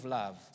love